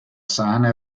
sana